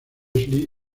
leslie